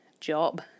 job